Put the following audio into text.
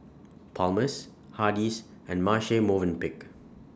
Palmer's Hardy's and Marche Movenpick